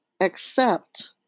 accept